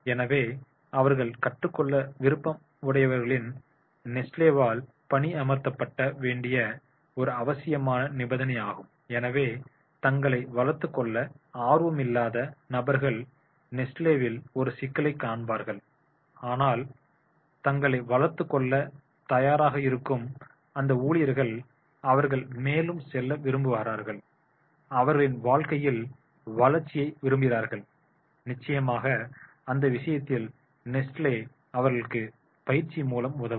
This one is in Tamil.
எனவே அவர்கள் கற்றுக்கொள்ள விருப்பம் உடையவர்கள் நெஸ்லேவால் பணியமர்த்தப்பட வேண்டிய ஒரு அவசியமான நிபந்தனையாகும் எனவே தங்களை வளர்த்துக் கொள்ள ஆர்வமில்லாத நபர்கள் நெஸ்லேவில் ஒரு சிக்கலைக் காண்பார்கள் ஆனால் தங்களை வளர்த்துக் கொள்ளத் தயாராக இருக்கும் அந்த ஊழியர்கள் அவர்கள் மேலும் செல்ல விரும்புகிறார்கள் அவர்களின் வாழ்க்கையில் வளர்ச்சியை விரும்புவார்ங்கள் நிச்சயமாக அந்த விஷயத்தில் நெஸ்லே அவர்களுக்கு பயிற்சி மூலம் உதவும்